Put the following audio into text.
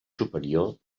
superior